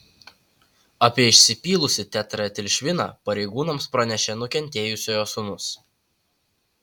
apie išsipylusį tetraetilšviną pareigūnams pranešė nukentėjusiojo sūnus